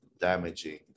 damaging